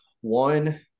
One